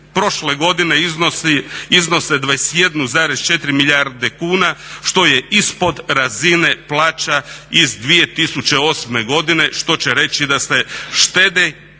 prošle godine iznose 21,4 milijarde kuna što je ispod razine plaća iz 2008. godine. Što će reći da se štedi